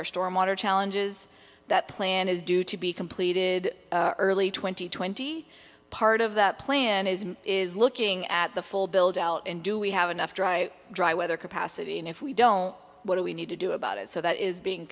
our storm water challenges that plan is due to be completed early twenty twenty part of the plan is is looking at the full build out and do we have enough dry dry weather capacity and if we don't what do we need to do about it so that is being